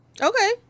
Okay